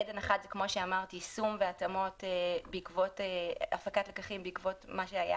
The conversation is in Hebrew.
אדן אחד זה יישום והתאמות בעקבות הפקת לקחים ממה שהיה